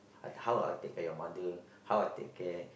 and how I take care of your mother how I take care